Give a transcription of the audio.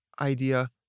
idea